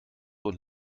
und